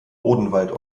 odenwald